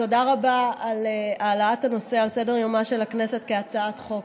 תודה רבה על העלאת הנושא על סדר-יומה של הכנסת כהצעת חוק.